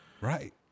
Right